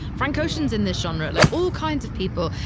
frank ocean's in this genre, like all kinds of people.